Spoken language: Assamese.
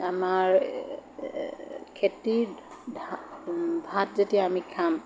আমাৰ খেতিত ভাত যেতিয়া আমি খাম